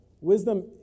wisdom